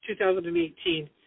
2018 –